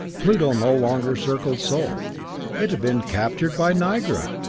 pluto no longer circled sol it had been captured by nigra!